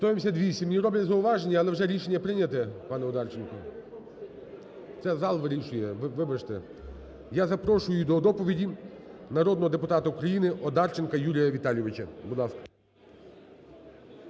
Я запрошую до доповіді народного депутата України Одарченка Юрія Віталійовича,